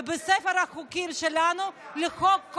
החוק הזה רק מתריס.